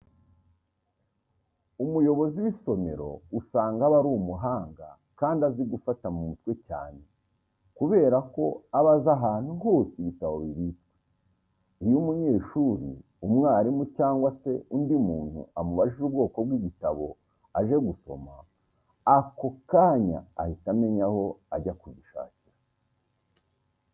Umuyobozi w'isomero usanga aba ari umuhanga kandi azi gufata mu mutwe cyane kubera ko aba azi ahantu hose ibitabo bibitswe. Iyo umunyeshuri, umwarimu cyangwa se undi muntu amubajije ubwoko bw'igitabo aje gusoma, ako kanya ahita amenya aho ajya kugishakira.